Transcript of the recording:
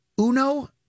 uno